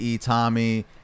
tommy